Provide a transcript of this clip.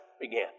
began